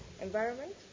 environment